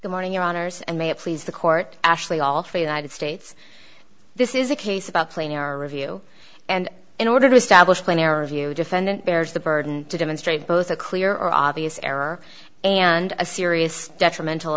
the morning your honour's and may please the court actually all for united states this is a case about planning our review and in order to establish clean air review defendant bears the burden to demonstrate both a clear obvious error and a serious detrimental